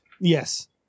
Yes